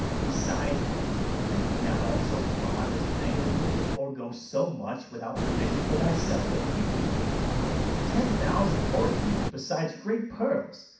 besides, my girl, think me not all so fond as negligently to forgo so much without provision for thyself and me ten thousand portagues, besides great pearls,